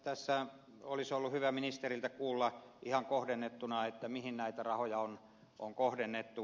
tässä olisi ollut hyvä ministeriltä kuulla ihan kohdennettuna mihin näitä rahoja on kohdennettu